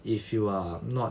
if you are not